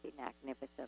Magnificent